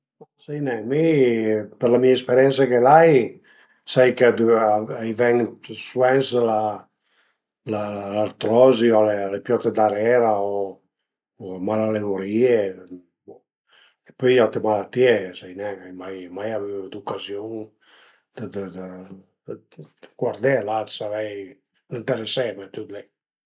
Sai nen, mi për la mia esperiensa chë l'ai sai ch'a i ven suvens l'artrozi a le piote darera o mal a le urìe o bo e pöi d'aute malatìe sai nen, ai mai avü d'ucaziun dë guardé, la, dë savei, ëntereseme, tüt li